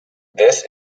this